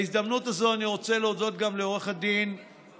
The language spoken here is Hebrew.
בהזדמנות הזאת אני רוצה להודות גם לעו"ד גור